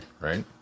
right